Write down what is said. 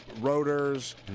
rotors